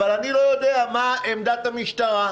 אבל אני לא יודע מה עמדת המשטרה.